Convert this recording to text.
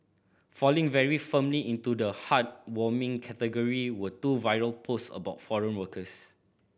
falling very firmly into the heartwarming category were two viral posts about foreign workers